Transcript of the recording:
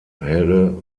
helle